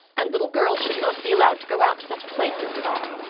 and little girls should not be allowed to go out to such places at all.